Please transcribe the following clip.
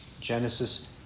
Genesis